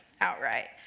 outright